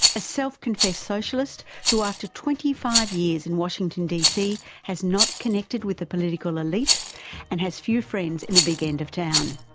a self-confessed socialist who after twenty five years in washington dc has not connected with the political elite and has few friends in the big end of town.